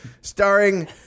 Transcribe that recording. starring